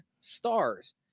stars